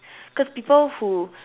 cause people who